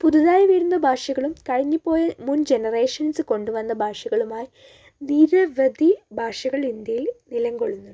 പുതുതായ് വരുന്ന ഭാഷകളും കഴിഞ്ഞുപോയ മുൻ ജനറേഷൻസ് കൊണ്ടുവന്ന ഭാഷകളുമായി നിരവധി ഭാഷകൾ ഇന്ത്യയിൽ നിലകൊള്ളുന്നുണ്ട്